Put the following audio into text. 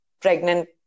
pregnant